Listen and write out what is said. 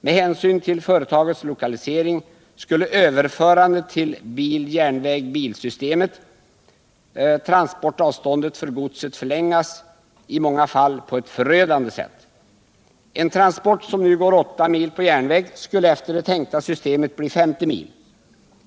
Med hänsyn till företagets lokalisering skulle vid övergång till biljärnväg-bil-systemet transportavståndet för godset förlängas, i många fall på ett förödande sätt. En transport som nu är 8 mil på järnväg skulle efter det tänkta systemet bli 50 mil.